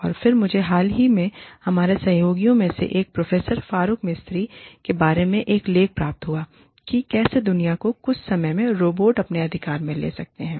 और फिर मुझे हाल ही में हमारे सहयोगियों में से एक प्रोफेसर फारूक मिस्त्री के बारे में एक लेख प्राप्त हुआ कि कैसे दुनिया को कुछ समय में रोबोट अपने अधिकार में ले सकते हैं